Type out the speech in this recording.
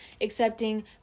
accepting